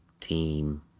team